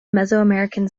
mesoamerican